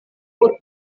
por